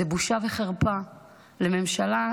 זו בושה וחרפה לממשלה,